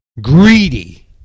greedy